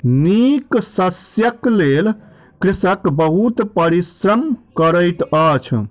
नीक शस्यक लेल कृषक बहुत परिश्रम करैत अछि